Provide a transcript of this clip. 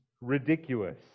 ridiculous